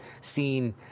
seen